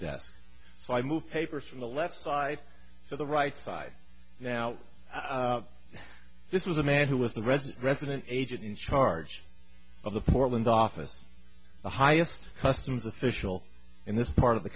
desk so i move papers from the left side to the right side now this was a man who was the resident resident agent in charge of the foreland offas the highest customs official in this part of the